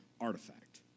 artifact